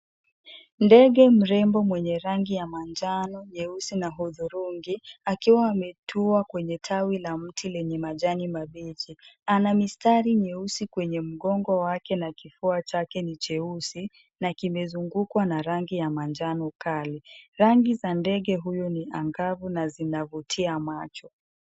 Ndege mrembo mwenye rangi ya manjano, nyeusi na hudhurungi, akiwa ametua kwenye tawi la mti lenye majani mabichi. Ana mistari nyeusi kwenye mgongo wake na kifua chake ni cheusi na kimezungukwa na rangi ya manjano kali. Rangi za ndege huyo ni angavu na zinavutia macho.